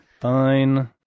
Fine